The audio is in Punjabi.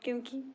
ਕਿਉਂਕਿ